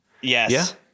Yes